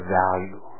value